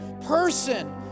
person